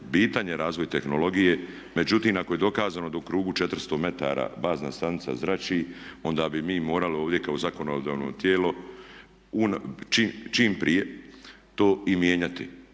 bitan je razvoj tehnologije. Međutim, ako je dokazano da u krugu 400m bazna stanica zrači onda bi mi morali ovdje kao zakonodavno tijelo čim prije to i mijenjati.